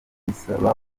bisaba